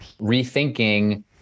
rethinking